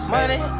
Money